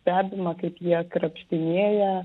stebima kaip jie krapštinėja